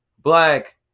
Black